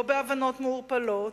לא בהבנות מעורפלות,